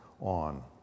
on